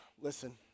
Listen